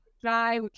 try